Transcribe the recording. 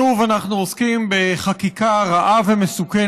שוב אנחנו עוסקים בחקיקה רעה ומסוכנת,